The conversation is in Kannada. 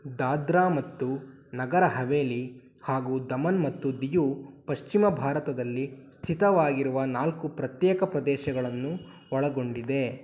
ದಾದ್ರಾ ಮತ್ತು ನಗರ ಹವೇಲಿ ಹಾಗೂ ದಮನ್ ಮತ್ತು ದಿಯು ಪಶ್ಚಿಮ ಭಾರತದಲ್ಲಿ ಸ್ಥಿತವಾಗಿರುವ ನಾಲ್ಕು ಪ್ರತ್ಯೇಕ ಪ್ರದೇಶಗಳನ್ನು ಒಳಗೊಂಡಿದೆ